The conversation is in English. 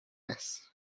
miss